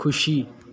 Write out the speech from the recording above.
खुसी